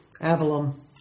Avalon